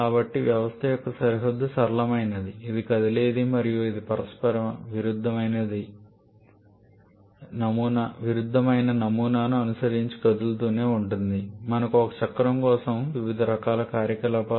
కాబట్టి వ్యవస్థ యొక్క సరిహద్దు సరళమైనది ఇది కదిలేది మరియు ఇది పరస్పర విరుద్ధమైన నమూనాను అనుసరించి కదులుతూనే ఉంటుంది మనకు ఒక చక్రం కోసం వివిధ రకాల కార్యకలాపాలు ఉన్నాయి